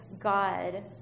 God